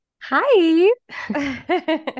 Hi